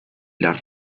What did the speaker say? las